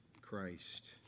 Christ